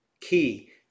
key